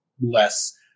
less